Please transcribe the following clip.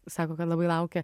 sako kad labai laukia